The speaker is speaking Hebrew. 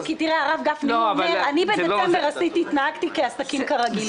הוא אומר: אני בדצמבר התנהגתי כ"עסקים כרגיל".